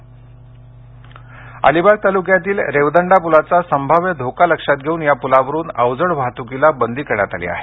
अलिबाग अलिबाग तालुक्यातील रेवदंडा पुलाचा संभाव्य धोका लक्षात घेऊन या पुलावरून अवजड वाहतुकीला बंदी करण्यात आली आहे